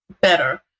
better